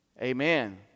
Amen